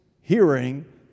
hearing